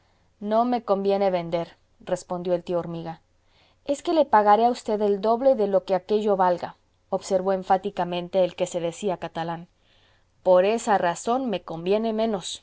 no me conviene vender respondió el tío hormiga es que le pagaré a usted el doble de lo que aquello valga observó enfáticamente el que se decía catalán por esa razón me conviene menos